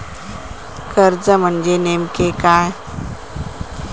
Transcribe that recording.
कर्ज म्हणजे नेमक्या काय?